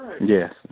Yes